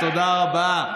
תודה רבה.